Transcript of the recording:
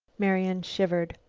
marian shivered.